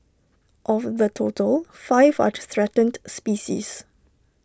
of the total five are threatened species